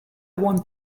want